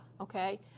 okay